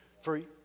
free